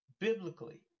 biblically